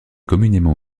communément